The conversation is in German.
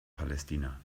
palästina